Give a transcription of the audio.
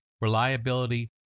reliability